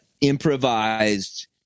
improvised